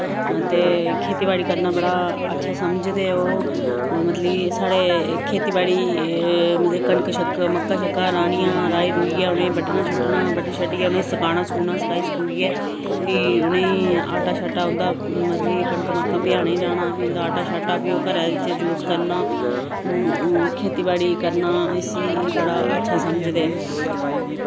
ते खेतीबाड़ी करना बड़ा अच्छा समझदे ओह् मतलब कि साढ़े खेतीबाड़ी मतलब कि कनक शनक मक्कां शक्कां राह्नियां राह्ई रहूईयै उ'नें बड्डना शड्डना बड्डी शड्डियै उ'नेंई सकाना सकूना सकाई सकुइयै फ्ही उ'नेंई आटा शाटा उं'दा मतलब कि कनक मक्कां प्याह्ने गी जाना फ्ही उं'दा आटा शाटा फ्ही ओह् घरै बिच्च यूज करना खेतीबाड़ी करना इसी बड़ा अच्छा समझदे